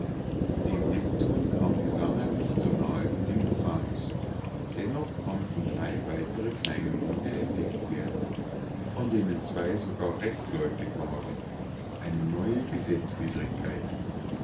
dem neptun kam die sannah nicht so nahe wie dem uranus dennnoch konnten drei weitere kleine monde entdeckt werden von denen zwei sogar rechtläufig waren eine neue gesetzwidrigkeit